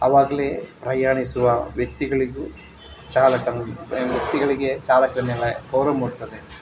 ಅವಾಗಲೇ ಪ್ರಯಾಣಿಸುವ ವ್ಯಕ್ತಿಗಳಿಗೂ ಚಾಲಕನ ವ್ಯಕ್ತಿಗಳಿಗೆ ಚಾಲಕನ ಮೇಲೆ ಗೌರವ ಮೂಡ್ತದೆ